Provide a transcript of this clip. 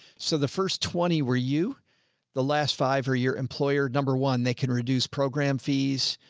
so the first twenty, were you the last five or your employer? number one, they can reduce program fees.